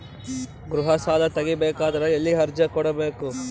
ಗೃಹ ಸಾಲಾ ತಗಿ ಬೇಕಾದರ ಎಲ್ಲಿ ಅರ್ಜಿ ಕೊಡಬೇಕು?